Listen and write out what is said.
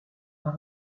par